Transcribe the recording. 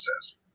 says